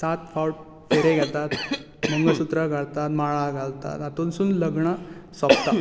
सात फावट फेरे घेतात मंगळसुत्र घालतात माळा घालतात हातूंतसून लग्न सोंपता